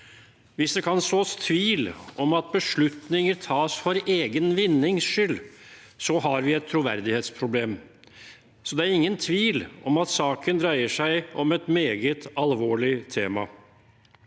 Hvis det kan sås tvil om at beslutninger tas for egen vinnings skyld, har vi et troverdighetsproblem. Det er ingen tvil om at saken dreier seg om et meget alvorlig tema.